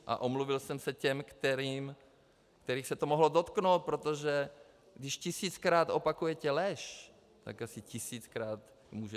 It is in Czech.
A omluvil jsem se těm, kterých se to mohlo dotknout, protože když tisíckrát opakujete lež, tak asi tisíckrát můžete...